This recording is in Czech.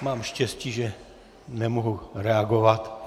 Mám štěstí, že nemohu reagovat.